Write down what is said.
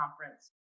conference